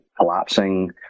collapsing